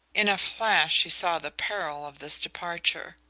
in a flash she saw the peril of this departure.